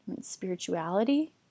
spirituality